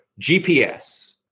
GPS